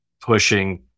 pushing